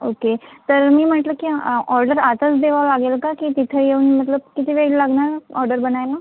okay तर मी म्हटलं की ऑर्डर आताच द्यावं लागेल का की तिथं येऊन मतलब किती वेळ लागणार ऑर्डर बनायला